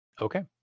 okay